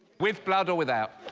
with blood or without